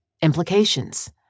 Implications